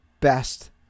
Best